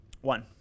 One